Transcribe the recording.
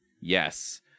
Yes